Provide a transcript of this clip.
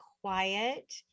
quiet